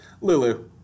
Lulu